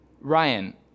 Ryan